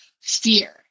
fear